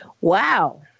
Wow